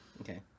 Okay